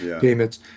payments